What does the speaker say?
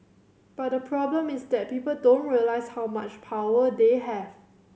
but the problem is that people don't realise how much power they have